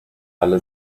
alle